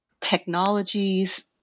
technologies